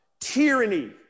tyranny